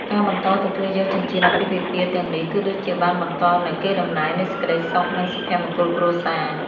ការបន្តទទួលយកចិញ្ចៀនអាពាហ៍ពិពាហ៍ទាំងនេះ គឺដូចជាបានបន្តនូវ កេរដំណែលនៃសេចក្ដីសុខ និង សុភមង្គលគ្រួសារ។